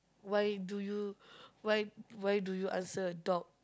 why do you why why do you answer a dog